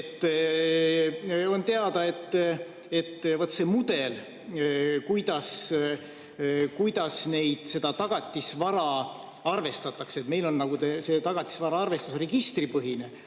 On teada see mudel, kuidas seda tagatisvara arvestatakse. Meil on tagatisvara arvestus registripõhine,